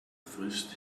frisst